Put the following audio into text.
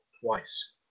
twice